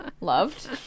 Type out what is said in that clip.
loved